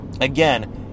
again